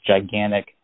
gigantic